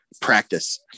practice